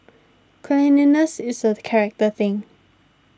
cleanlinesses is a character thing